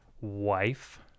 wife